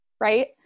Right